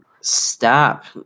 stop